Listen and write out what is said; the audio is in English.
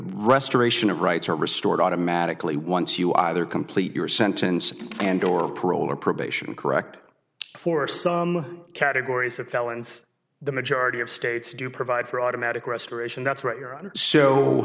restoration of rights are restored automatically once you either complete your sentence and or a parole or probation correct for some categories of felons the majority of states do provide for automatic restoration that's what you're on